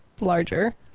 larger